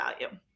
value